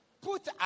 put